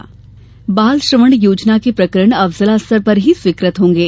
बाल श्रवण बाल श्रवण योजना के प्रकरण अब जिला स्तर पर ही स्वीकृत होंगे